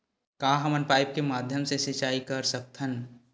का हमन पाइप के माध्यम से सिंचाई कर सकथन?